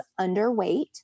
underweight